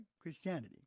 Christianity